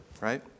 right